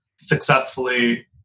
successfully